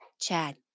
Chad